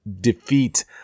defeat –